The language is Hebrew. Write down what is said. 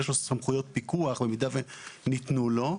יש לו סמכויות פיקוח במידה וניתנו לו.